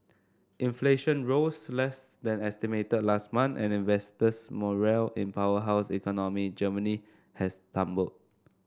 inflation rose less than estimated last month and investors morale in powerhouse economy Germany has tumbled